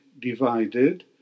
divided